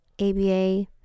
ABA